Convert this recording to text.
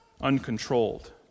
uncontrolled